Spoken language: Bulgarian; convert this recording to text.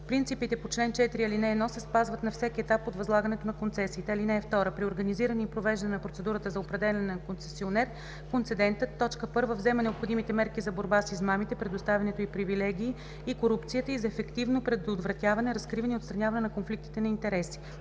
Принципите по чл. 4, ал. 1 се спазват на всеки етап от възлагането на концесиите. (2) При организиране и провеждане на процедурата за определяне на концесионер концедентът: 1. взема необходимите мерки за борба с измамите, предоставянето на привилегии и корупцията, и за ефективно предотвратяване, разкриване и отстраняване на конфликтите на интереси;